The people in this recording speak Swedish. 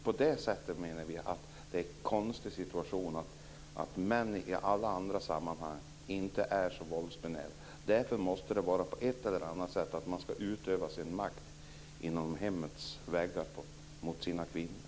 På det sättet menar vi att det är en konstig situation med tanke på att män i alla andra sammanhang inte är så våldsbenägna. Därför måste det på ett eller annat sätt vara så att man skall utöva sin makt inom hemmets väggar, mot kvinnorna.